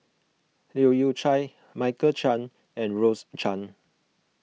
Leu Yew Chye Michael Chiang and Rose Chan